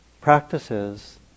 practices